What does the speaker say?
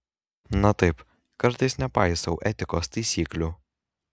na taip kartais nepaisau etikos taisyklių